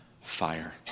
fire